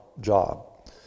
job